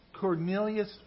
Cornelius